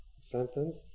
sentence